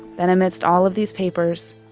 then, amidst all of these papers,